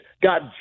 Got